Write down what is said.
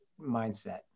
mindset